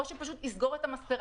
או שפשוט יסגור את המספרה.